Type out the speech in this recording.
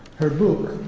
her book,